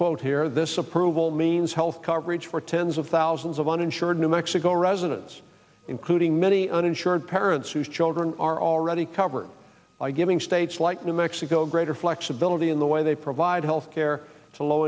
quote here this approval means health coverage for tens of thousands of uninsured new mexico residents including many uninsured parents whose children are already covered by giving states like new mexico greater flexibility in the way they provide health care